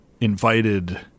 invited